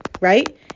right